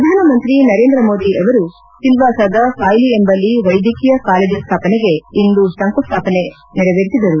ಪ್ರಧಾನಮಂತ್ರಿ ನರೇಂದ್ರ ಮೋದಿ ಅವರು ಸಿಲವಾಸದ ಸಾಯ್ಲಿ ಎಂಬಲ್ಲಿ ವೈದ್ಯಕೀಯ ಕಾಲೇಜು ಸ್ವಾಪನೆಗೆ ಇಂದು ಶಂಕುಸ್ಥಾಪನೆ ಮಾಡಿದರು